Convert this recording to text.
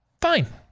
Fine